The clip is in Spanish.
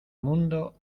mundo